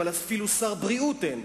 אבל אפילו שר בריאות אין.